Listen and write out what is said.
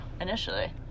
initially